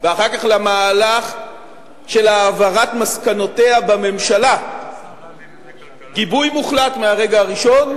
ואחר כך למהלך של העברת מסקנותיה בממשלה גיבוי מוחלט מהרגע הראשון,